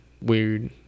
weird